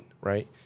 right